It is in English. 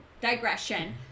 digression